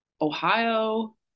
Ohio